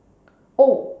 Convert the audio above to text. oh